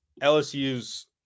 LSU's